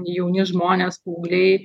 jauni žmonės paaugliai